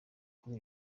kuri